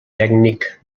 tècnic